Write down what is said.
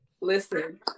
Listen